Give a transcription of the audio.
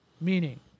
meaning